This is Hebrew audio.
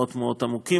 המאוד-מאוד עמוקים,